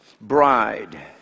bride